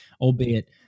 albeit